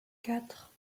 quatre